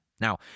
Now